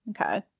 Okay